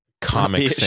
comic